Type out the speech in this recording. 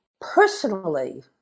personally